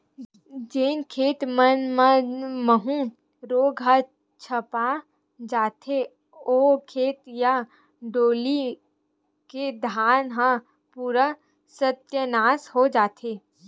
जेन खेत मन म माहूँ रोग ह झपा जथे, ओ खेत या डोली के धान ह पूरा सत्यानास हो जथे